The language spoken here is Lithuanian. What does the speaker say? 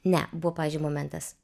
ne buvo pavyzdžiui momentas